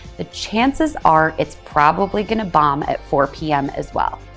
the chances are it's probably gonna bomb at four p m. as well.